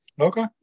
Okay